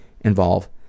involve